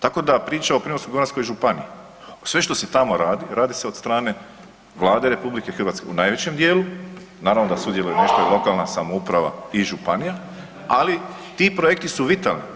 Tako da priča o Primorsko-goranskoj županiji sve što se tamo radi, radi se od strane Vlade RH u najvećem dijelu, naravno da sudjeluje nešto i lokalna samouprava i županija, ali ti projekti su vitalni.